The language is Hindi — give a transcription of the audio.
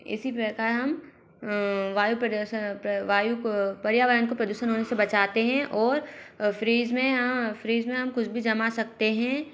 इसी प्रकार हम वायु प्रदर्शन वायु को पर्यावरण को प्रदूषण होने से बचाते हैं और फ़्रिज में हाँ फ़्रिज में हम कुछ भी जमा सकते हैं